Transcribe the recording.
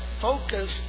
focus